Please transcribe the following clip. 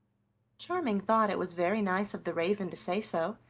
charming thought it was very nice of the raven to say so,